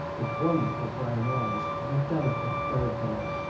with wonderful brown eyes and a delicate profile.